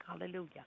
Hallelujah